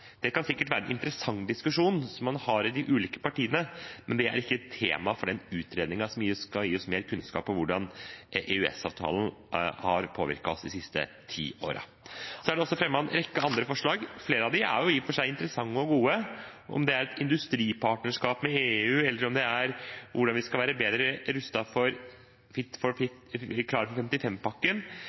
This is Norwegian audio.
Det kan sikkert være en interessant diskusjon som man har i de ulike partiene, men det er ikke et tema for den utredningen som skal gi mer kunnskap om hvordan EØS-avtalen har påvirket oss de siste ti årene. Det er også fremmet en rekke andre forslag. Flere av dem er i og for seg interessante og gode, enten det er et industripartnerskap med EU eller det er hvordan vi skal være bedre rustet for «Klar for